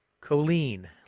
Colleen